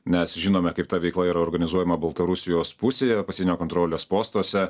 nes žinome kaip ta veikla yra organizuojama baltarusijos pusėje pasienio kontrolės postuose